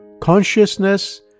Consciousness